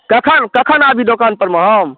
कखन कखन आबि दोकान परमे हम